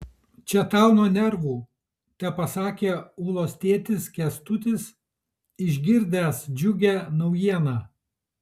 čia tau nuo nervų tepasakė ulos tėtis kęstutis išgirdęs džiugią naujieną